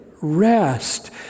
rest